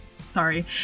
sorry